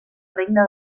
regne